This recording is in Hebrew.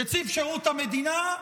נציב שירות המדינה,